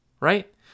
right